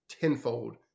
tenfold